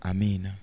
Amen